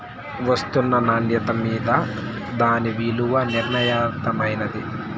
ఒస్తున్న నాన్యత మింద దాని ఇలున నిర్మయమైతాది